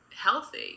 healthy